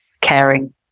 caring